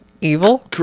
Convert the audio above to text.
evil